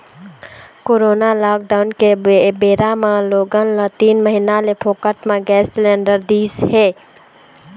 corona lockdown के बेरा म लोगन ल तीन महीना ले फोकट म गैंस सिलेंडर दिस हे